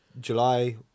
July